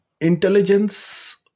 Intelligence